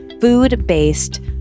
food-based